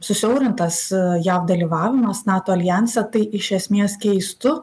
susiaurintas jav dalyvavimas nato aljanse tai iš esmės keistų